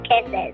Kisses